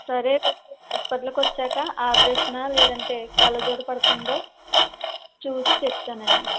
సరే రేపు హాస్పటల్కి వచ్చాక ఆపరేషన్ ఆ లేదు అంటే కళ్ళజోడు పడుతుందో చూసి చెప్తాను అండి